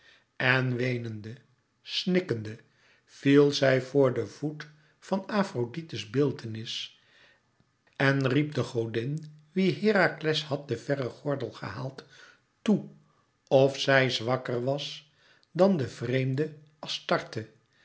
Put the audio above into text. en weenende snikkende viel zij voor den voet van afrodite's beeltenis en riep de godin wie herakles had den verren gordel gehaald toe of zij zwakker was dan de vreemde astarte